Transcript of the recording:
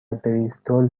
بریستول